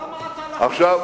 למה אתה לחוץ?